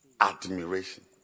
Admiration